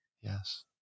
Yes